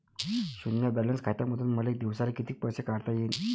शुन्य बॅलन्स खात्यामंधून मले दिवसाले कितीक पैसे काढता येईन?